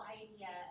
idea